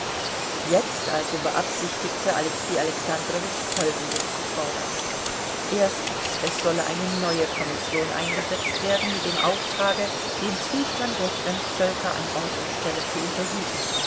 jetzt also beabsichtigte alexei alexandrowitsch folgendes zu fordern erstens es solle eine neue kommission eingesetzt werden mit dem auftrage den zustand der fremdvölker an ort und stelle zu untersuchen